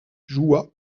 joua